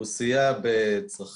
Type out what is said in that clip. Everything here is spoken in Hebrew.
הוא סייע בצרכים,